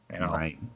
Right